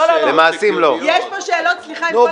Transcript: יש פה שאלות, סליחה, עם כל הכבוד.